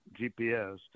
GPS